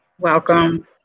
welcome